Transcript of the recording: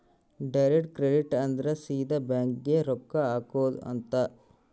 direct credit ಅಂದ್ರ ಸೀದಾ bank ಗೇ ರೊಕ್ಕ ಹಾಕೊಧ್ ಅಂತ